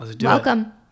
welcome